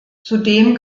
zudem